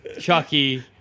Chucky